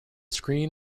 screen